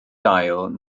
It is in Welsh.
dail